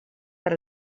per